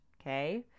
Okay